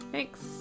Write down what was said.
Thanks